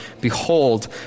behold